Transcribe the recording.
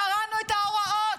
קראנו את ההוראות,